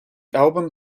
album